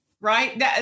right